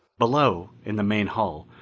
below, in the main hull,